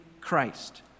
Christ